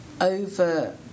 over